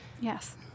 Yes